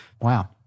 Wow